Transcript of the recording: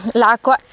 l'acqua